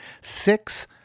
six